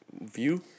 view